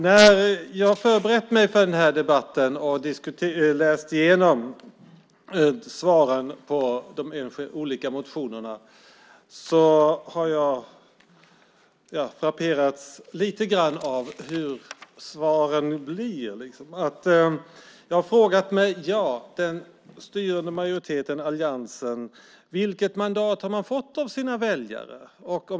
När jag har förberett mig för debatten och läst igenom svaren på de olika motionerna har jag frapperats lite av hur svaren blir. Jag har frågat mig vilket mandat den styrande majoriteten, alliansen, har fått av sina väljare.